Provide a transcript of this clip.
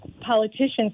politicians